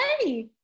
hey